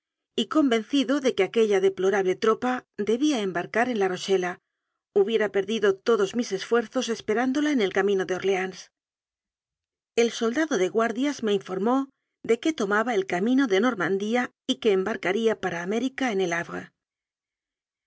y convencido de que aquella deplorable tropa debía embarcar en la rochela hubiera per dido todos mis esfuerzos esperándola en el cami no de orleans el soldado de guardias me in formó de que tomaba el camino de normandía y que embarcaría para américa en el havre